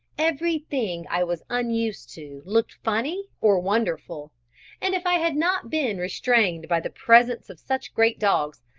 every thing i was unused to looked funny or wonderful and if i had not been restrained by the presence of such great dogs,